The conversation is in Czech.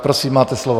Prosím, máte slovo.